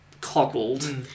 coddled